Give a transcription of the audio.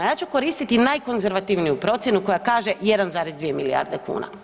Ja ću koristiti najkonzervativniju procjenu koja kaže 1,2 milijarde kuna.